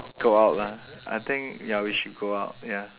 go out lah I think ya we should go out ya